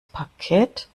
parkett